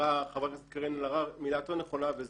אמרה חברת הכנסת קארין אלהרר מילה יותר נכונה וזה